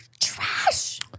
trash